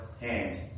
hand